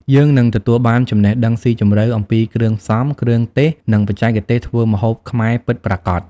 យើងនឹងទទួលបានចំណេះដឹងស៊ីជម្រៅអំពីគ្រឿងផ្សំ គ្រឿងទេស និងបច្ចេកទេសធ្វើម្ហូបខ្មែរពិតប្រាកដ ។